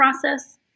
process